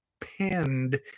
pinned